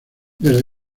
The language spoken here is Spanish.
desde